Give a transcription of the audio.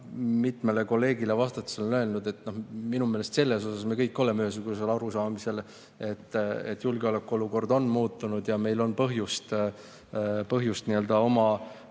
mitmele kolleegile vastates öelnud, et minu meelest selles me kõik oleme ühesugusel arusaamisel, et julgeolekuolukord on muutunud ja meil on põhjust